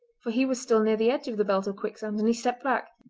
for he was still near the edge of the belt of quicksand, and he stepped back.